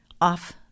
off